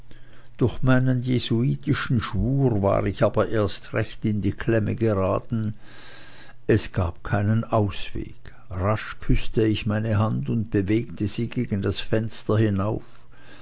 durch meinen jesuitischen schwur war ich aber erst recht in die klemme geraten es gab keinen ausweg rasch küßte ich meine hand und bewegte sie gegen das fenster hinauf